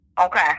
Okay